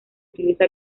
utiliza